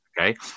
Okay